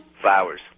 Flowers